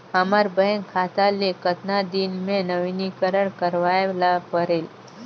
हमर बैंक खाता ले कतना दिन मे नवीनीकरण करवाय ला परेल?